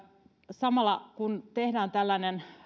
samalla kun tehdään tällainen